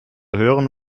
hören